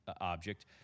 object